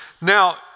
Now